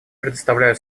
предоставляю